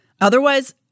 Otherwise